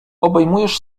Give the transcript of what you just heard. obejmujesz